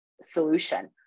solution